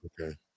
okay